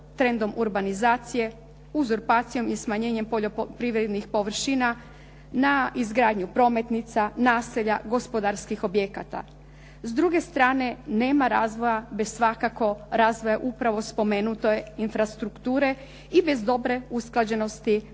trendom urbanizacije uzurpacijom i smanjenjem poljoprivrednih površina, na izgradnju prometnica, naselja, gospodarskih objekata. S druge strane nema razvoja bez svakako razvoja upravo spomenute infrastrukture i bez dobre usklađenosti